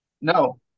No